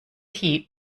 heat